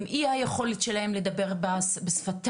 אי היכולת שלהם לדבר בשפתם,